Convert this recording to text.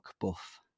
buff